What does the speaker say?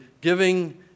giving